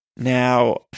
Now